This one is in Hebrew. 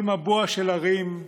כל מבוע של הרים,